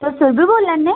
sir तु'स सुरभि बोला'ने